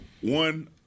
one